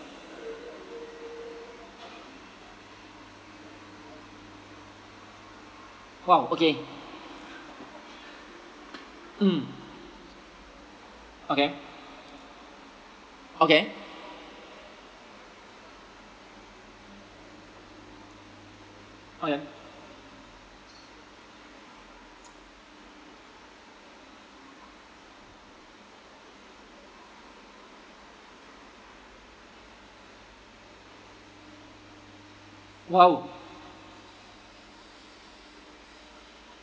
!wow! okay mm okay okay okay !wow!